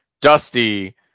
Dusty